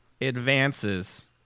advances